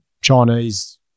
Chinese